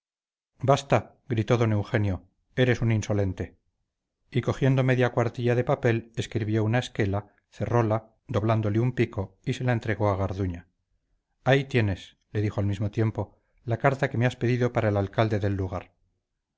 basta gritó don eugenio eres un insolente y cogiendo media cuartilla de papel escribió una esquela cerróla doblándole un pico y se la entregó a garduña ahí tienes le dijo al mismo tiempo la carta que me has pedido para el alcalde del lugar